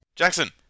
Jackson